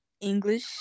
English